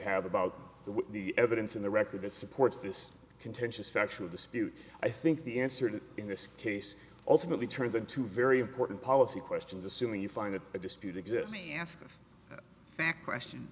have about the evidence in the record that supports this contentious factual dispute i think the answer to in this case ultimately turns into very important policy questions assuming you find it a dispute exists ask them back question